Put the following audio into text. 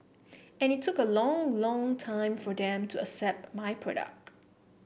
and it look a long long time for them to accept my product